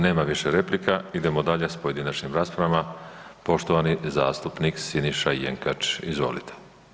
Nema više replika, idemo dalje s pojedinačnim raspravama, poštovani zastupnik Siniša Jenkač, izvolite.